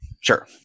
Sure